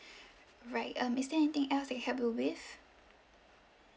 right um is there anything else that I can help you with